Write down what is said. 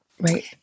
Right